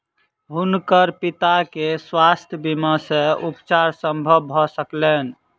हुनकर पिता के स्वास्थ्य बीमा सॅ उपचार संभव भ सकलैन